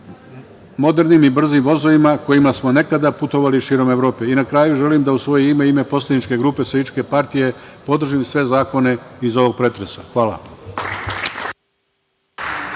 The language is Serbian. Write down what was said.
modernim i brzim vozovima kojima smo nekada putovali širom Evrope. Na kraju, želim da u svoje ime i u ime poslaničke grupe Socijalističke partije podržim sve zakone iz ovog pretresa. Hvala.